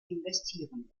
investieren